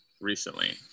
recently